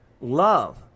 Love